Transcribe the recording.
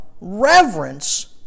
reverence